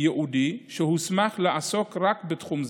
ייעודי שהוסמך לעסוק רק בתחום זה,